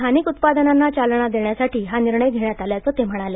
स्थानिक उत्पादनांना चालना देण्यासाठी हा निर्णय घेतल्याचं ते म्हणाले